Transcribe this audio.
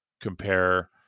compare